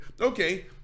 okay